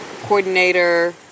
coordinator